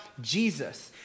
Jesus